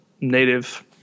native